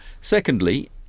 Secondly